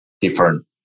different